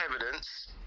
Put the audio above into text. evidence